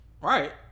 Right